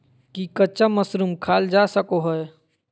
की कच्चा मशरूम खाल जा सको हय?